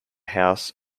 house